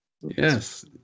Yes